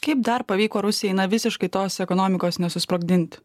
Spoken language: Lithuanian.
kaip dar pavyko rusija na visiškai tos ekonomikos nesusprogdinti